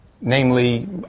namely